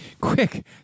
Quick